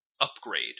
upgrade